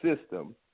system